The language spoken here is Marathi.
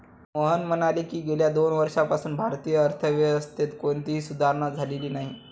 मोहन म्हणाले की, गेल्या दोन वर्षांपासून भारतीय अर्थव्यवस्थेत कोणतीही सुधारणा झालेली नाही